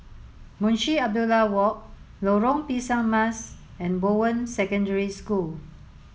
Munshi Abdullah Walk Lorong Pisang Emas and Bowen Secondary School